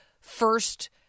first